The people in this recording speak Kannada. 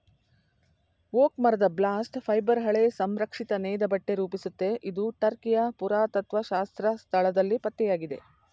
ಓಕ್ ಮರದ ಬಾಸ್ಟ್ ಫೈಬರ್ ಹಳೆ ಸಂರಕ್ಷಿತ ನೇಯ್ದಬಟ್ಟೆ ರೂಪಿಸುತ್ತೆ ಇದು ಟರ್ಕಿಯ ಪುರಾತತ್ತ್ವಶಾಸ್ತ್ರ ಸ್ಥಳದಲ್ಲಿ ಪತ್ತೆಯಾಗಿದೆ